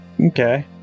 Okay